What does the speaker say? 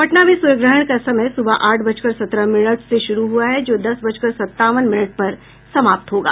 पटना में सूर्य ग्रहण का समय सुबह आठ बजकर सत्रह मिनट से शुरू हुआ है जो दस बजकर सत्तावन मिनट पर समाप्त होगा